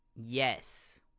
yes